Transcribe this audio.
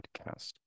podcast